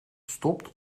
stopt